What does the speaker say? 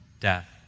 death